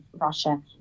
Russia